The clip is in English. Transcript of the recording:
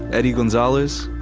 eddie gonzalez,